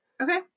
okay